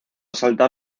saltar